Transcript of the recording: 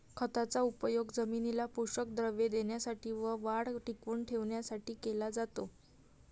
खताचा उपयोग जमिनीला पोषक द्रव्ये देण्यासाठी व वाढ टिकवून ठेवण्यासाठी केला जातो